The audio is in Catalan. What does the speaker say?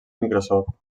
microsoft